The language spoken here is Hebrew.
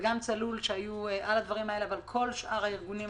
וגם צלול שהיו על הדברים האלה וכל שאר הארגונים.